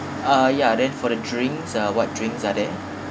uh ya then for the drinks uh what drinks are there